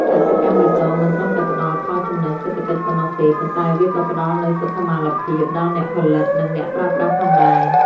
កសិកម្មបៃតងមិនត្រឹមតែផ្ដល់ផលចំណេញសេដ្ឋកិច្ចប៉ុណ្ណោះទេ ប៉ុន្តែវាក៏ផ្ដល់នូវសុខុមាលភាពដល់អ្នកផលិត និងអ្នកប្រើប្រាស់ផងដែរ។